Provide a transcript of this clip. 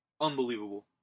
Unbelievable